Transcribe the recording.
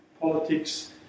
politics